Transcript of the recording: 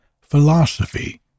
Philosophy